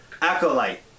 acolyte